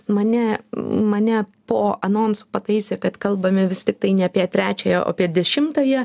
mane mane po anonso pataisė kad kalbame vis tiktai ne apie trečiąją o apie dešimtąją